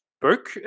book